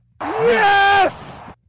Yes